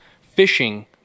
fishing